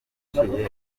yaciye